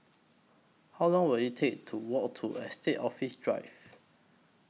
How Long Will IT Take to Walk to Estate Office Drive